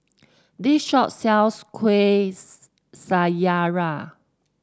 this shop sells Kuih Syara